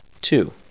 Two